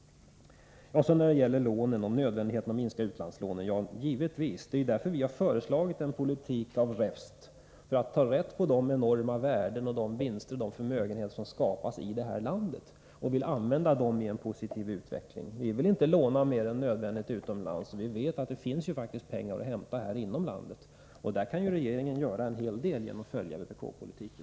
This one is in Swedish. Givetvis är det nödvändigt att minska utlandslånen. Det är ju därför vi har föreslagit en politik av räfst för att ta rätt på de enorma värden, vinster och förmögenheter som skapas i det här landet och använda dem i en positiv utveckling. Vi vill inte låna mer än nödvändigt utomlands, vi vet att det faktiskt finns pengar att hämta inom landet. Där kan regeringen göra en hel del genom att följa vpk-politiken.